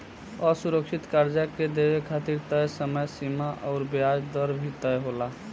असुरक्षित कर्जा के देवे खातिर तय समय सीमा अउर ब्याज दर भी तय होला